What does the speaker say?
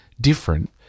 different